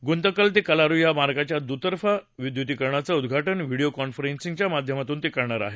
गुंतकल ते कलारू या मार्गाच्या दुतर्फा विद्युतीकरणाचं उद्वाउ व्हिडीओ कान्फरन्सिंगच्या माध्यमातून करणार आहेत